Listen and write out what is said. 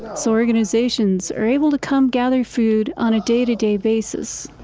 so organisations are able to come gather food on a day-to-day basis.